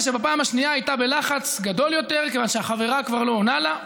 כשבפעם השנייה היא הייתה בלחץ גדול יותר כיוון שהחברה כבר לא עונה לה.